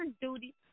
duty